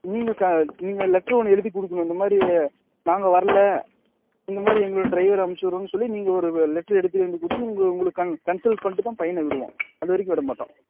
நீங்கள் க நீங்கள் லெட்ரு ஒன்று எழுதிக் கொடுக்கணும் இந்த மாதிரி நாங்கள் வர்லை இந்த மாதிரி எங்களோட டிரைவரை அமிச்சு விட்றோன்னு சொல்லி நீங்கள் ஒரு லெட்ரு எடுத்துகிட்டு வந்து கொடுத்து உங்கள் உங்களை கன்சல் பண்ணிவிட்டுதான் பையனை விடுவோம் அதுவரைக்கும் விட மாட்டோம்